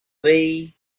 away